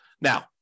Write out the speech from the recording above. Now